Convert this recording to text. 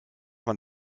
man